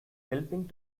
helping